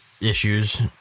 issues